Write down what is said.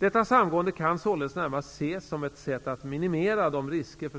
Detta samgående kan således närmast ses som ett sätt att minimera de risker för